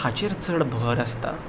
हाचेर चड भर आसता